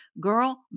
girl